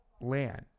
land